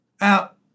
out